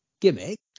gimmick